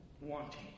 wanting